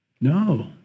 No